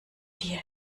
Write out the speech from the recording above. dir